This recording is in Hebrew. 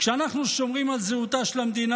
כשאנחנו שומרים על זהותה של המדינה